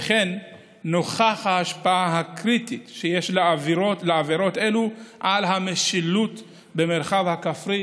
וכן נוכח ההשפעה הקריטית שיש לעבירות אלו על המשילות במרחב הכפרי